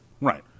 Right